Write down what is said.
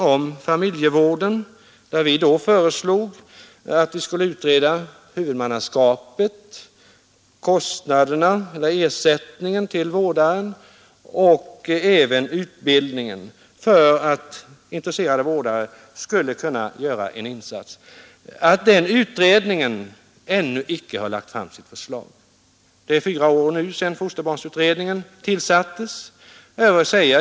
Vi väckte då en motion om utredning om familjevården, om huvudmannaskapet, ersättningen till vårdaren och formerna för utbildningen. Fyra år har gått sedan fosterbarnsutredningen tillsattes.